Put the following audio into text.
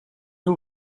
new